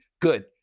Good